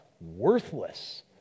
worthless